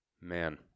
Man